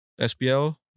SPL